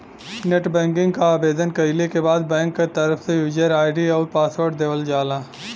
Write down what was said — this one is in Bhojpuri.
नेटबैंकिंग क आवेदन कइले के बाद बैंक क तरफ से यूजर आई.डी आउर पासवर्ड देवल जाला